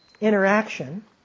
interaction